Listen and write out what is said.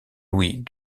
louis